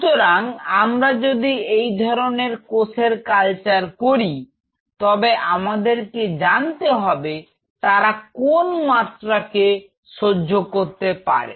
সুতরাং আমরা যদি এই ধরনের কোষের কালচার করি তবে আমাদের জানতে হবে তারা কোন মাত্রাকে সহ্য করতে পারে